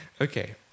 okay